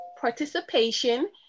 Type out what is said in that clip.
participation